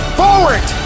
forward